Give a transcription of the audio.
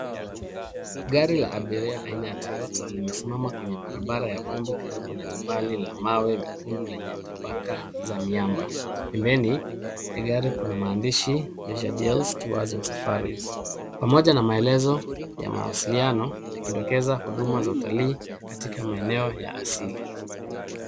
Gari la abiria aina ya Toyota limesimama kwenye barabara ya vumbi karibu na jabali la mawe mekundu lenye tabaka za miamba, pembeni ya gari kuna maandishi ya Leisuredeals Tours and Safaris pamoja na maelezo ya mawasiliano yakidokeza huduma za utalii katika maeneo ya asili.